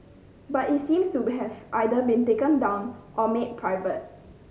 but it seems to be have either been taken down or made private